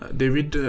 David